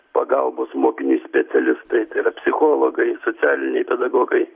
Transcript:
pagalbos mokiniui specialistai tai yra psichologai socialiniai pedagogai